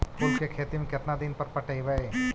फूल के खेती में केतना दिन पर पटइबै?